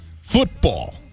football